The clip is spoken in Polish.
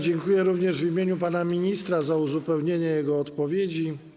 Dziękuję również w imieniu pana ministra za uzupełnienie jego odpowiedzi.